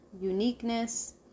uniqueness